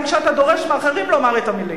גם כשאתה דורש מאחרים לומר את המלים.